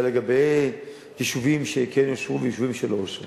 לגבי יישובים שכן אושרו ויישובים שלא אושרו,